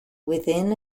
within